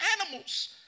animals